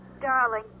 Darling